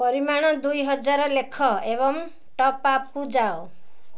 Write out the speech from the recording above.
ପରିମାଣ ଦୁଇହଜାର ଲେଖ ଏବଂ ଟପ୍ଆପ୍କୁ ଯାଅ